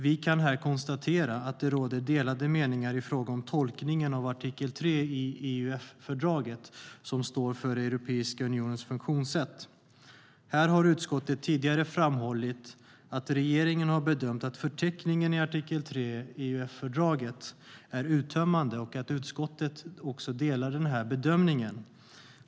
Vi kan här konstatera att det råder delade meningar i fråga om tolkningen av artikel 3 i FEUF, alltså Fördraget för Europeiska unionens funktionssätt. Här har utskottet tidigare framhållit att regeringen har bedömt att förteckningen i fördragets artikel 3 är uttömmande och att utskottet också delar den bedömningen.